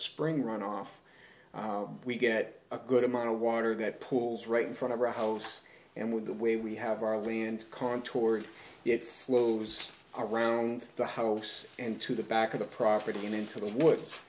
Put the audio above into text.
spring runoff we get a good amount of water that pools right in front of our house and with the way we have our land current toward the it flows around the house and to the back of the property and into the woods